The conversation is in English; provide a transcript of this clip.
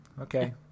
Okay